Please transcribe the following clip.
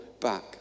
back